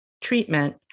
treatment